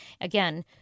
Again